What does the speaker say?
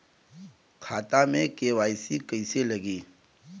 खाता में के.वाइ.सी कइसे लगी?